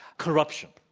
corruption.